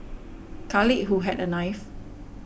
Khalid who had a knife